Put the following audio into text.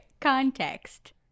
Context